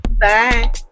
Bye